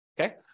Okay